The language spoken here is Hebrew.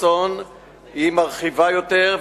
וחסון היא מרחיבה יותר,